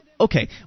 Okay